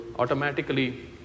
automatically